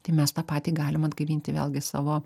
tai mes tą patį galim atgaivinti vėlgi savo